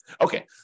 Okay